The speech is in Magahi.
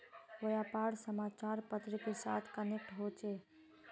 व्यापार समाचार पत्र के साथ कनेक्ट होचे?